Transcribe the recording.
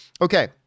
Okay